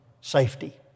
safety